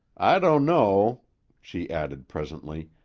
i dunno, she added presently,